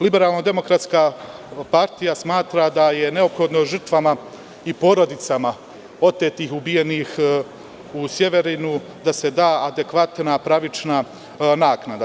Liberalno demokratska partija smatra da je neophodno žrtvama i porodicama otetih i ubijenih u Sjeverinu dati neophodnu pravičnu naknadu.